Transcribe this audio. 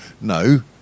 No